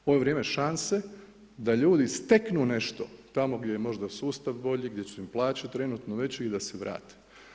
Ovo je vrijeme šanse da ljudi steknu nešto, tamo gdje je možda sustav bolji, gdje su im plaće trenutno veće i da se vrate.